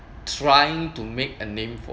trying to make a name for